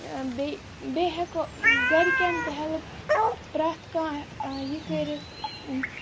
بیٚیہِ بیٚیہِ ہٮ۪کو گَرکٮ۪ن تہِ ہیٚلٕپ پرٛٮ۪تھ کانٛہہ یہِ کٔرِتھ